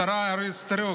השרה אורית סטרוק,